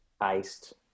iced